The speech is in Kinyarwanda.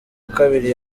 kabiri